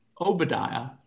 Obadiah